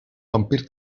vampir